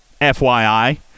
FYI